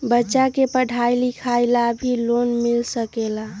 बच्चा के पढ़ाई लिखाई ला भी लोन मिल सकेला?